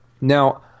Now